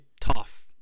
tough